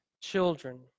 children